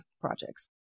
projects